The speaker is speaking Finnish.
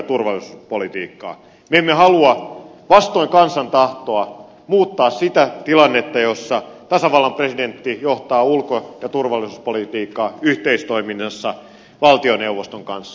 me emme halua vastoin kansan tahtoa muuttaa sitä tilannetta jossa tasavallan presidentti johtaa ulko ja turvallisuuspolitiikkaa yhteistoiminnassa valtioneuvoston kanssa